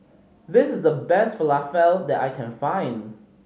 this is the best Falafel that I can find